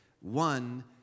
One